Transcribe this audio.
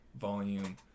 Volume